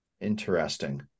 interesting